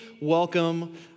welcome